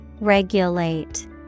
regulate